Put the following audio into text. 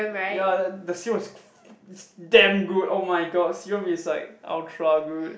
ya that the serum was f~ is damn good oh-my-god serum is like ultra good